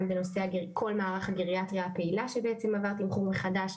גם בנושא של כל מערך הגריאטריה הפעילה שבעצם עבר תמחור מחדש,